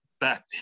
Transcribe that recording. back